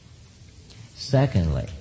Secondly